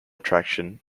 attraction